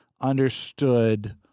understood